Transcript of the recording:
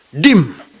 dim